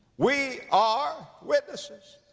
we are witnesses.